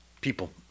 People